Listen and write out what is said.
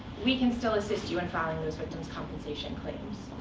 we can still assist you in following those victim's compensation claims.